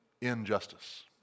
injustice